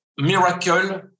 miracle